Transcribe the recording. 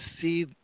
see